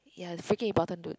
ya it's freaking important dude